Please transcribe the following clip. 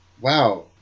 wow